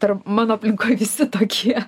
dar mano aplinkoj visi tokie